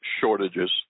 shortages